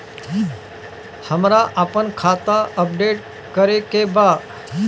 हमरा आपन खाता अपडेट करे के बा